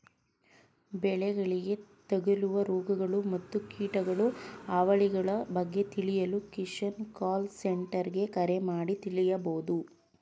ಬೆಳೆಗಳಿಗೆ ತಗಲುವ ರೋಗಗಳು ಮತ್ತು ಕೀಟಗಳ ಹಾವಳಿಗಳ ಬಗ್ಗೆ ತಿಳಿಯಲು ಕಿಸಾನ್ ಕಾಲ್ ಸೆಂಟರ್ಗೆ ಕರೆ ಮಾಡಿ ತಿಳಿಬೋದು